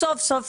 סוף סוף,